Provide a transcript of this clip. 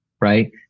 right